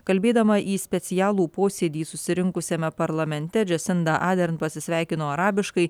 kalbėdama į specialų posėdį susirinkusiame parlamente džesinda adern pasisveikino arabiškai